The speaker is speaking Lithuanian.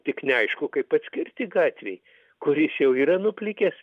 tik neaišku kaip atskirti gatvėj kuris jau yra nuplikęs